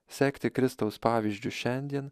sekti kristaus pavyzdžiu šiandien